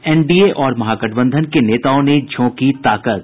NDA और महागठबंधन के नेताओं ने झोंकी ताकत